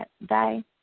Bye